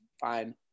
fine